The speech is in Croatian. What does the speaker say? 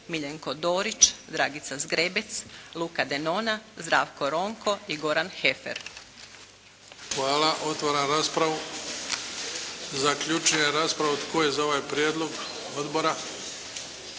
Miljenko Dorić, Dragica Zgrebec, Luka Denona, Zdravko Ronko i Goran Heffer. **Bebić, Luka (HDZ)** Hvala. Otvaram raspravu. Zaključujem raspravu. Tko je za ovaj Prijedlog odbora?